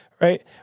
right